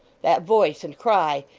that voice and cry!